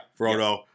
Frodo